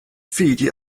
fidi